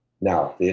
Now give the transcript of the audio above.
Now